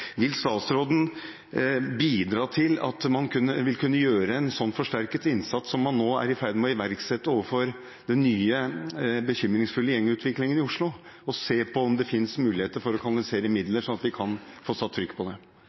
Vil statsråden bidra til at man vil kunne gjøre en slik forsterket innsats som man nå er i ferd med å iverksette overfor den nye, bekymringsfulle gjengutviklingen i Oslo, og se på om det finnes muligheter for å kanalisere midler slik at vi kan få satt trykk på det?